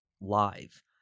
live